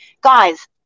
guys